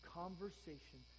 conversation